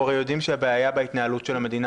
אנחנו הרי יודעים שהבעיה בהתנהלות של המדינה